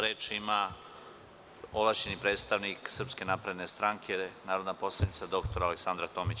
Reč ima ovlašćeni predstavnik Srpske napredne stranke, narodna poslanica dr Aleksandra Tomić.